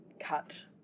cut